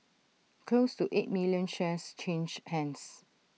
close to eight million shares changed hands